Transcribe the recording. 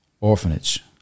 Orphanage